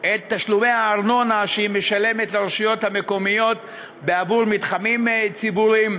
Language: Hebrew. את תשלומי הארנונה שהיא משלמת לרשויות המקומיות בעבור מתחמים ציבוריים,